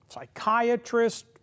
psychiatrist